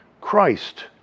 Christ